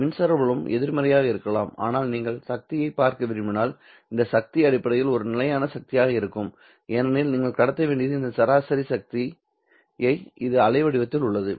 மின்சார புலம் எதிர்மறையாக இருக்கலாம் ஆனால் நீங்கள் சக்தியைப் பார்க்க விரும்பினால் இந்த சக்தி அடிப்படையில் ஒரு நிலையான சக்தியாக இருக்கும் ஏனெனில் நீங்கள் கடத்த வேண்டியது இந்த சராசரி சக்தியை இது அலைவடிவத்தில் உள்ளது